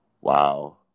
Wow